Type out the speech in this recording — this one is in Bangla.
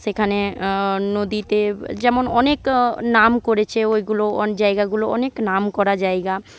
সেখানে নদীতে যেমন অনেক নাম করেছে ওইগুলো অন্য জায়গাগুলো অনেক নামকরা জায়গা